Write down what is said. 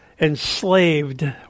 enslaved